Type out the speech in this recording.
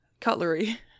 cutlery